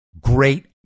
great